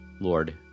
Lord